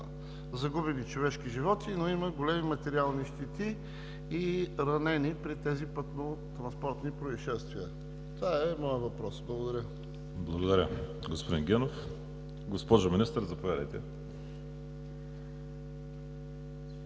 загубени човешки животи, но има големи материални щети и ранени при тези пътно-транспортни произшествия. Това е моят въпрос. Благодаря. ПРЕДСЕДАТЕЛ ВАЛЕРИ СИМЕОНОВ: Благодаря, господин Генов. Госпожо Министър, заповядайте.